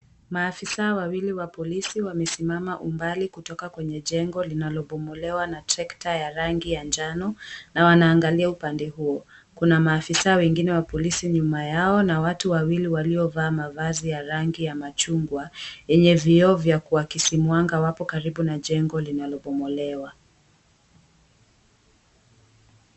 Maafisa wawili wa polisi wamesimama umbali kutoka kwenye jengo linalobomolewa na trekta ya rangi ya njano na wanaangalia upande huu kuna maafisa wengine wa polisi nyuma yao na kuna watu wawili waliovaa mavazi ya rangi ya machungwa yenye vioo vya kuwa kisimwanga wapk karibu na jengo linalobomolewa.